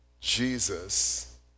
Jesus